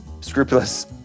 scrupulous